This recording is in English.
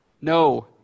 No